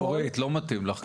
לא מתאים לך.